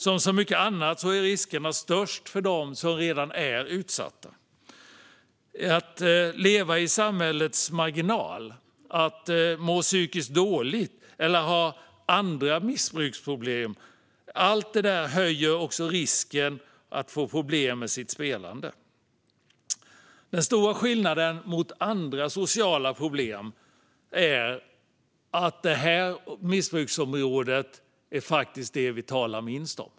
Som så mycket annat är riskerna störst för dem som redan är utsatta. Att leva i samhällets marginal, att må psykiskt dåligt eller ha andra missbruksproblem höjer också risken att få problem med sitt spelande. Den stora skillnaden mot andra sociala problem är att detta missbruk faktiskt är det som vi talar minst om.